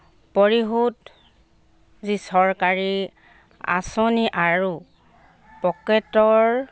পৰিশোধ যি চৰকাৰী আঁচনি আৰু পকেটৰ